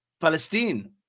Palestine